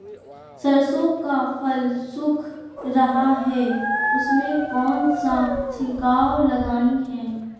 सरसो का फल सुख रहा है उसमें कौन सा छिड़काव लगानी है?